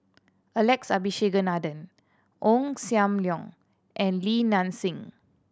Alex Abisheganaden Ong Sam Leong and Li Nanxing